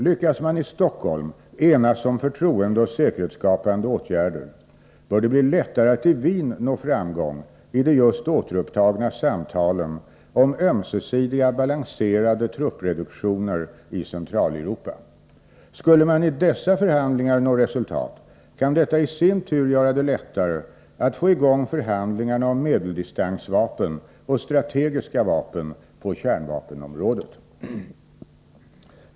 Lyckas man i Stockholm enas om förtroendeoch säkerhetsskapande åtgärder, bör det bli lättare att i Wien nå framgång i de just återupptagna samtalen om ömsesidiga balanserade truppreduktioner i Centraleuropa. Skulle man i dessa förhandlingar nå resultat, kan detta i sin tur göra det lättare att få i gång förhandlingarna om medeldistansvapen och strategiska vapen på kärnvapenområdet.